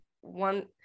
one